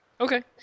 Okay